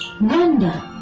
wonder